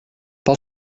pel